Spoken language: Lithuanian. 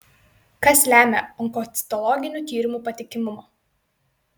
kas lemia onkocitologinių tyrimų patikimumą